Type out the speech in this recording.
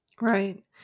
Right